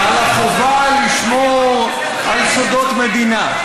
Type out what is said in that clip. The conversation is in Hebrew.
אינני מטיף ל"שוברים שתיקה" על החובה לשמור על סודות מדינה.